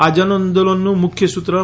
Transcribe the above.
આ જનઆંદોલનનું મુખ્ય સૂત્ર છે